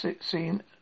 seen